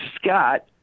Scott